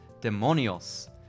Demonios